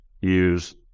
use